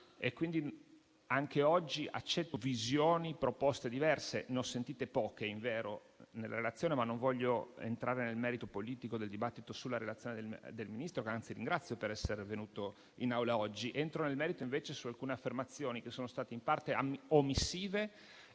Ministro. Anche oggi accetto visioni e proposte diverse; ne ho sentite poche invero nella relazione, ma non voglio entrare nel merito politico del dibattito sulla relazione del Ministro, che anzi ringrazio per essere venuto oggi in Assemblea. Entro nel merito invece su alcune affermazioni che sono state in parte omissive